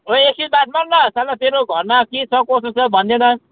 ओइ एकछिन बात मार न साला तेरो घरमा के छ कसो छ भन्दैनस्